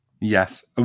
Yes